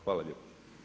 Hvala lijepo.